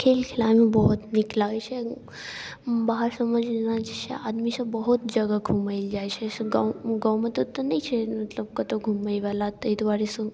खेल खेलाएमे बहुत नीक लागै छै बाहर सबमे जेना छै आदमी सब बहुत जगह घूमै लए जाइ छै गाँव गाँवमे तऽ ओते नहि छै मतलब कतौ घूमै बला ताहि दुआरे सँ